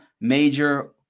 major